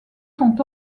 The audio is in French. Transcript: sont